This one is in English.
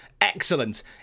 excellent